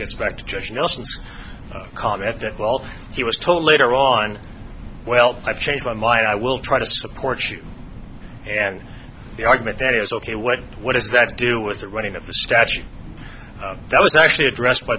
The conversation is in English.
case back to judge nelson's comment that while he was told later on well i've changed my mind i will try to support you and the argument that it is ok what what does that do with the running of the statue that was actually addressed by